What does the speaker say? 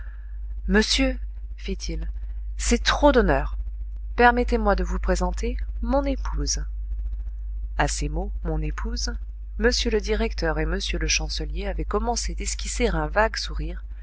monsieur fit-il c'est trop d'honneur permettez-moi de vous présenter mon épouse a ces mots mon épouse m le directeur et m le chancelier avaient commencé d'esquisser un vague sourire